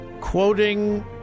quoting